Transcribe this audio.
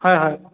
হয় হয়